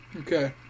Okay